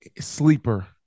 Sleeper